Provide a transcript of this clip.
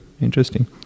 Interesting